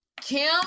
Kim